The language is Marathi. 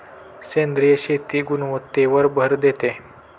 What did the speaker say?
सेंद्रिय शेती गुणवत्तेवर भर देते